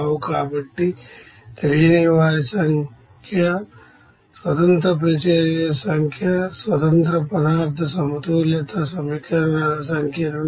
number of independent reactions సంఖ్య independent material balance equations సంఖ్య నుండి